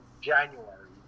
January